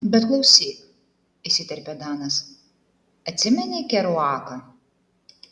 bet klausyk įsiterpė danas atsimeni keruaką